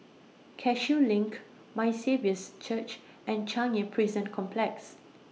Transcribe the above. Cashew LINK My Saviour's Church and Changi Prison Complex